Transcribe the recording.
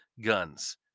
guns